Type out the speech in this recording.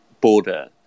border